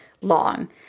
long